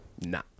nah